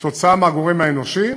בשל הגורם האנושי,